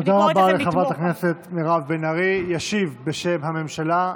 אני קוראת לכם לתמוך בחוק.